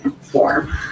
form